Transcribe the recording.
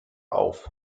auf